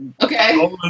Okay